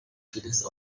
vieles